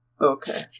Okay